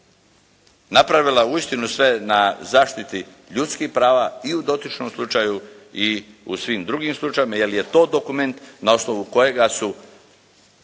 napravila uistinu sve na zaštiti ljudskih prava i u dotičnom slučaju i u svim drugim slučajevima jer je to dokument na osnovu kojega su